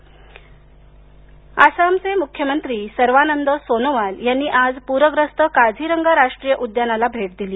आसाम पूर आसामचे मुख्यमंत्री सर्वानंद सोनोवाल यांनी आज पूरग्रस्त काझीरंगा राष्ट्रीय उद्यानाला भेट दिली